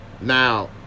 now